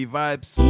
vibes